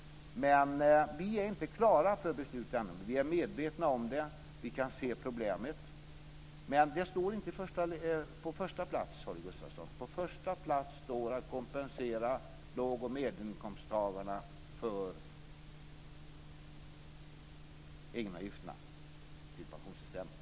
Men vi är inte klara för beslut ännu. Vi är medvetna om detta, och vi kan se problemet. Men detta står inte på första plats, Holger Gustafsson. På första plats står att vi ska kompensera låg och medelinkomsttagarna för egenavgifterna till pensionssystemet.